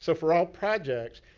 so for all projects,